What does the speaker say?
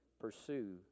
pursue